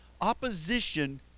opposition